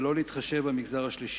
ולא להתחשב במגזר השלישי.